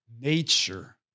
nature